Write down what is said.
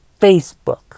Facebook